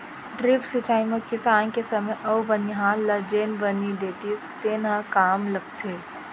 drip सिंचई म किसान के समे अउ बनिहार ल जेन बनी देतिस तेन ह कम लगथे